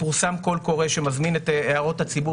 פורסם קול קורא שמזמין את הערות הציבור